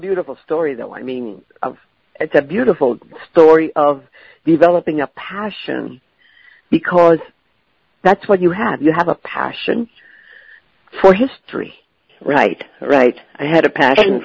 beautiful story though i mean it's a beautiful story of developing a passion because that's what you have you have a passion for history right right i had a passion